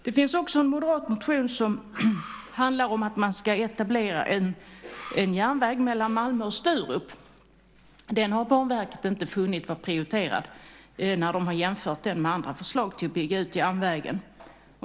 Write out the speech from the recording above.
Det finns också en moderat motion som handlar om att man ska etablera en järnväg mellan Malmö och Sturup. Den har Banverket inte funnit vara prioriterad när de har jämfört den med andra förslag till att bygga ut järnvägen.